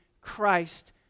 Christ